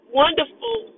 wonderful